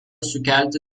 sukelti